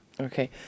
Okay